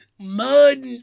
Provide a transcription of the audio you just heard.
Mud